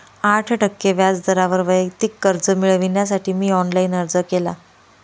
आठ टक्के व्याज दरावर वैयक्तिक कर्ज मिळविण्यासाठी मी ऑनलाइन अर्ज केला